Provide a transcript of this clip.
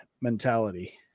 mentality